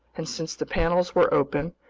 and since the panels were open,